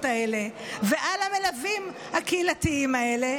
האלה ועל המלווים הקהילתיים האלה,